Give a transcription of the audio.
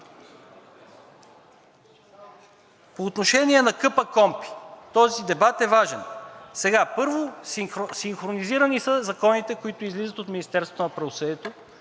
По отношение на КПКОНПИ. Този дебат е важен. Първо, синхронизирани са законите, които излизат от Министерството на правосъдието,